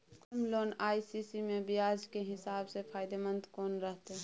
Term loan आ CC म ब्याज के हिसाब से फायदेमंद कोन रहते?